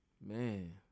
Man